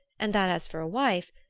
and that, as for a wife,